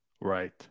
Right